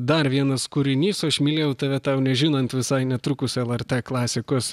dar vienas kūrinys aš mylėjau tave tau nežinant visai netrukus lrt klasikos